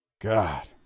God